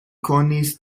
konis